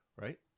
right